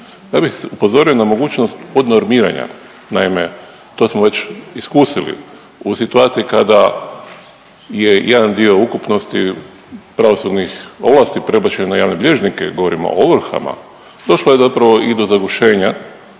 Ja bih upozorio na mogućnost podnormiranja. Naime, to smo već iskusili. U situaciji kada je jedan dio ukupnosti pravosudnih ovlasti prebačen na javne bilježnike, govorimo o ovrhama došlo je zapravo i do zagušenja